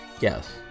Yes